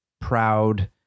proud